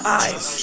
eyes